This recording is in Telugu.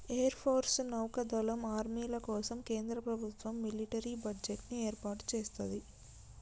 ఎయిర్ ఫోర్సు, నౌకా దళం, ఆర్మీల కోసం కేంద్ర ప్రభుత్వం మిలిటరీ బడ్జెట్ ని ఏర్పాటు సేత్తది